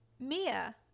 Mia